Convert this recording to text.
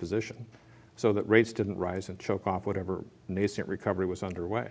position so that rates didn't rise and choke off whatever nascent recovery was underway